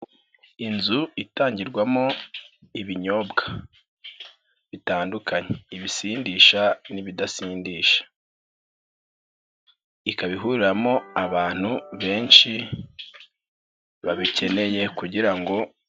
Inzu itangirwamo ibinyobwa bitandukanye ibisindisha n'ibisindisha, ikaba ihuriramo abantu benshi babikeneye kugira ngo.